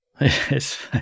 Yes